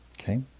Okay